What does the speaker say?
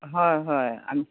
হয় হয় আমি